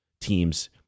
teams